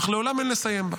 אך לעולם אין לסיים בה".